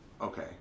okay